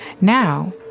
Now